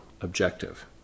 Objective